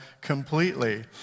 completely